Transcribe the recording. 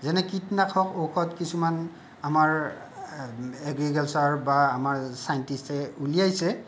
যেনে কীটনাশক ঔষধ কিছুমান আমাৰ এগ্ৰিকালচৰ বা আমাৰ চাইণ্টিষ্টে উলিয়াইছে